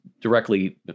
directly